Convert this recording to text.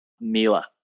Mila